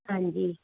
ਹਾਂਜੀ